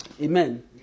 Amen